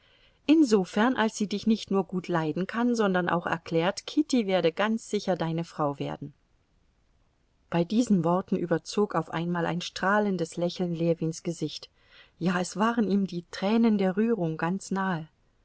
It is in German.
insofern als sie dich nicht nur gut leiden kann sondern auch erklärt kitty werde ganz sicher deine frau werden bei diesen worten überzog auf einmal ein strahlendes lächeln ljewins gesicht ja es waren ihm die tränen der rührung ganz nahe